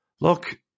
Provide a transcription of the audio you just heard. look